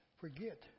forget